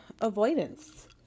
avoidance